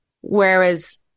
Whereas